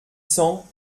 cents